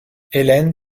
hélène